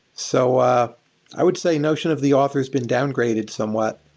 so ah i would say notion of the author has been downgraded somewhat.